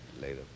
later